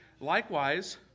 likewise